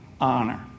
honor